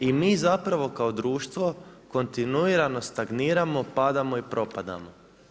I mi zapravo kao društvo kontinuiramo stagniramo, padamo i propadamo.